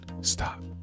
stop